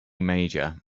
major